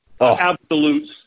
Absolute